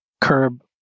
curb